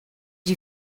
you